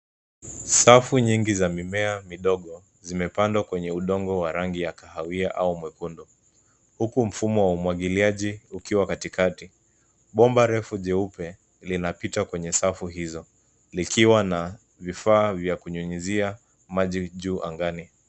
Safu nyingi za mimea midogo zimepandwa kwenye udongo wa rangi ya kahawia au mwekundu, huku mfumo wa umwagiliaji ukiwa katikati. Bomba refu jeupe linapita kwenye safu hizo likiwa na vifaa vya kunyunyizia maji juu angani.